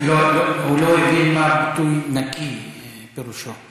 הוא לא הבין מה הביטוי "נקי" פירושו.